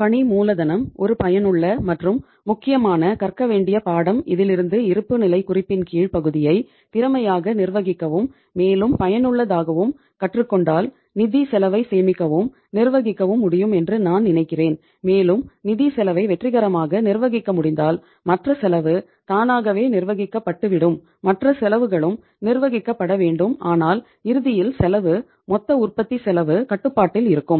பணி மூலதனம் ஒரு பயனுள்ள மற்றும் முக்கியமான கற்க வேண்டிய பாடம் இதிலிருந்து இருப்புநிலைக் குறிப்பின் கீழ் பகுதியை திறமையாக நிர்வகிக்கவும் மேலும் பயனுள்ளதாகவும் கற்றுக்கொண்டால் நிதிச் செலவைச் சேமிக்கவும் நிர்வகிக்கவும் முடியும் என்று நான் நினைக்கிறேன் மேலும் நிதிச் செலவை வெற்றிகரமாக நிர்வகிக்க முடிந்தால் மற்ற செலவும் தானாகவே நிர்வகிக்கப்பட்டு விடும் மற்ற செலவுகளும் நிர்வகிக்கப்படவேண்டும் ஆனால் இறுதியில் செலவு மொத்த உற்பத்தி செலவு கட்டுப்பாட்டில் இருக்கும்